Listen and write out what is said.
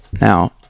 Now